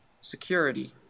security